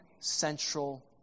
central